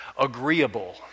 agreeable